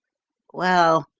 well,